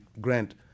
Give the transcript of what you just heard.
grant